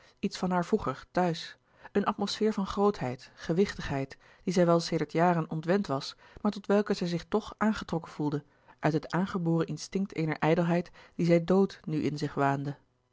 iets van haar vroeger thuis een atmosfeer van grootheid gewichtigheid die zij wel sedert jaren ontwend was maar tot welke zij zich toch aangetrokken voelde uit het aangeboren instinct eener ijdelheid die zij dood nu in zich waande